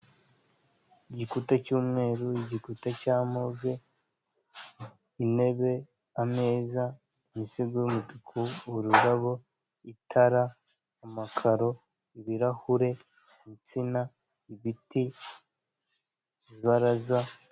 Igikuta cy'umweru, igikuta cya move, intebe, ameza, imisego y'umutuku, ururabo, itara, amakaro, ibirahure, insina, ibiti, ibaraza.